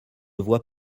voit